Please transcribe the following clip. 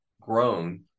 grown